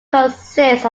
consists